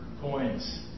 coins